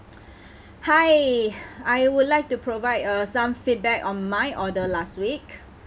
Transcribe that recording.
hi I would like to provide uh some feedback on my order last week